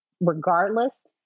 regardless